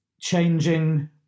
Changing